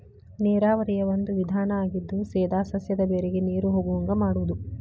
ನೇರಾವರಿಯ ಒಂದು ವಿಧಾನಾ ಆಗಿದ್ದು ಸೇದಾ ಸಸ್ಯದ ಬೇರಿಗೆ ನೇರು ಹೊಗುವಂಗ ಮಾಡುದು